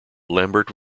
lambert